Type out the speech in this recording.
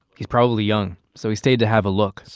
he's probably young. so he stayed to have a look.